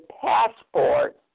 passport